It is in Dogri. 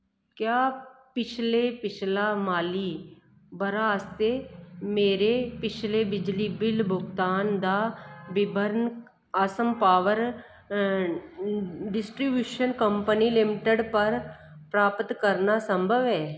क्या पिछले पिछला माली ब'रा आस्तै मेरे पिछले बिजली बिल भुगतान दा विवरण Assam power distribution company limited पर प्राप्त करना संभव ऐ